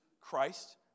Christ